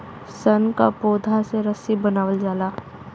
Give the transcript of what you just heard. सन क पौधा से रस्सी बनावल जाला